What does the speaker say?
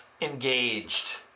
engaged